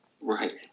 Right